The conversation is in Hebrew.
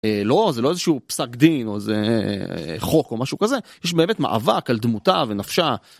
לא זה לא איזה שהוא פסק דין או זה חוק או משהו כזה יש באמת מאבק על דמותה ונפשה.